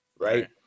right